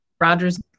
Rodgers